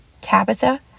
Tabitha